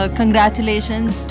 congratulations